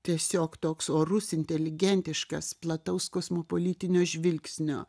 tiesiog toks orus inteligentiškas plataus kosmopolitinio žvilgsnio